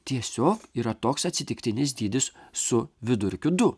tiesiog yra toks atsitiktinis dydis su vidurkiu du